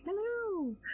hello